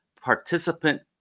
Participant